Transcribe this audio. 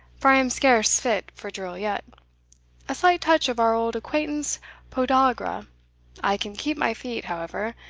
for i am scarce fit for drill yet a slight touch of our old acquaintance podagra i can keep my feet, however,